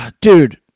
dude